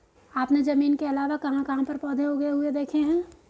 आपने जमीन के अलावा कहाँ कहाँ पर पौधे उगे हुए देखे हैं?